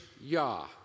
Yah